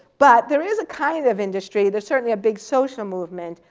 but there is a kind of industry, there's certainly a big social movement.